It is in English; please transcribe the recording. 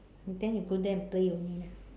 then you go there and play only lah